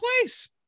place